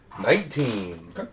Nineteen